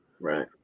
right